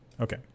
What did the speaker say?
Okay